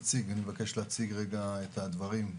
אני אבקש להציג את הדברים,